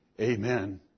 Amen